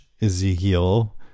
Ezekiel